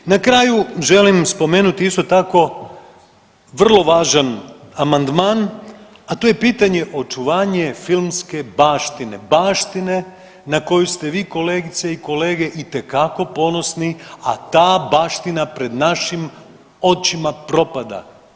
Na kraju želim spomenuti isto tako vrlo važan amandman, a to je pitanje očuvanje filmske baštine, baštine na koju ste vi kolegice i kolege itekako ponosni, a ta baština pred našim očima propada.